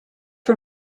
for